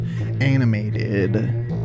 animated